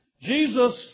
Jesus